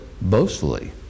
boastfully